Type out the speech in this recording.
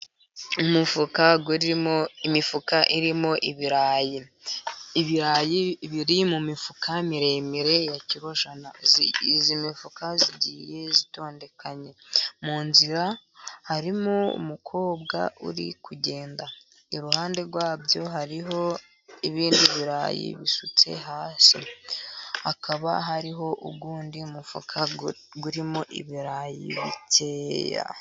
Imifuka irimo ibirayi, ibirayi biri mu mifuka miremire ya kilo jana ,iyi mifuka igiye itondekanye, mu nzira harimo umukobwa uri kugenda, iruhande rwabyo hariho ibindi birayi bisutse hasi, hakaba hariho undi mufuka urimo ibirayi bikeya.